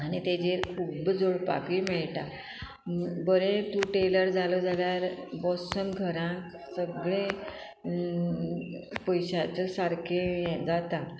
आनी तेजेर खूब्ब जोडपाकूय मेळटा बरें तूं टेलर जालो जाल्यार बसून घरांक सगळें पयशाचो सारकें हें जाता